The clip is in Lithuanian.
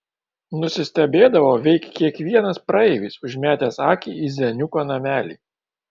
nusistebėdavo veik kiekvienas praeivis užmetęs akį į zeniuko namelį